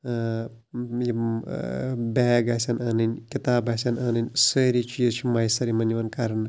یِمہٕ بیگ آسَن اَنٕنۍ کِتاب آسَن اَنٕنۍ سٲری چیٖز چھِ مَیسر یمَن یِوان کَرنہٕ